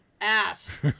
ass